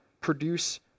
produce